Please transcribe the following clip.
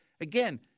again